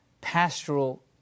pastoral